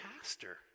pastor